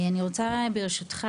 אני רוצה ברשותך